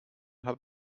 hat